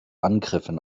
angriffen